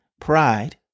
pride